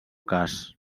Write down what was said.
cas